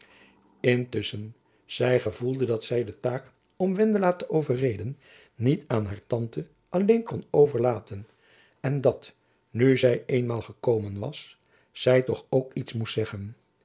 intusschen zy gevoelde dat zy de taak om wendela te overreden niet aan haar tante alleen kon overlaten en dat nu zy eenmaal gekomen was zy toch ook iets moest zeggen